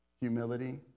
humility